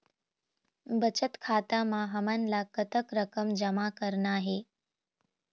बचत खाता म हमन ला कतक रकम जमा करना हे?